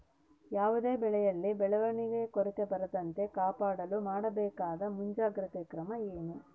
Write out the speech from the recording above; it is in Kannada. ಯಾವುದೇ ಬೆಳೆಯಲ್ಲಿ ಬೆಳವಣಿಗೆಯ ಕೊರತೆ ಬರದಂತೆ ಕಾಪಾಡಲು ಮಾಡಬೇಕಾದ ಮುಂಜಾಗ್ರತಾ ಕ್ರಮ ಏನು?